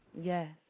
yes